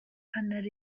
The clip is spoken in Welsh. hanner